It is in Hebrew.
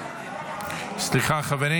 אין הסכמה?